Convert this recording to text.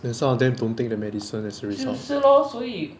then some of them don't take the medicine as a result